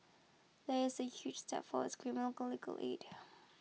that's a huge step forwards criminal legal aid